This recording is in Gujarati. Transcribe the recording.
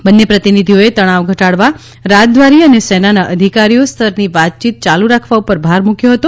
બંને પ્રતિનિધિઓએ તણાવ ઘટાડવા રાજદ્વારી અને સેનાના અધિકારીઓ સ્તરની વાતચીત ચાલુ રાખવા ઉપર ભાર મૂક્યો હતો